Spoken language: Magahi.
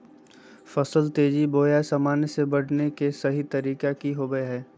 फसल तेजी बोया सामान्य से बढने के सहि तरीका कि होवय हैय?